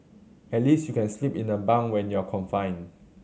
at least you can sleep in the bunk when you're confined